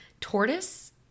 tortoise